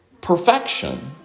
perfection